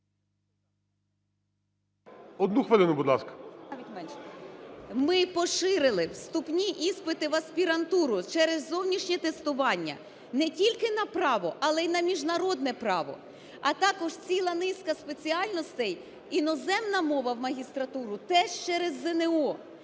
Одну хвилину, будь ласка. ГРИНЕВИЧ Л.М. Ми поширили вступні іспити в аспірантуру через зовнішнє тестування не тільки на "Право", але й на "Міжнародне право", а також ціла низка спеціальностей іноземна мова в магістратуру теж через ЗНО.